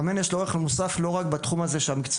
מאמן יש לו ערך מוסף לא רק בתחום הזה המקצועי,